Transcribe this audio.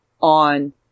on